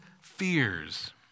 fears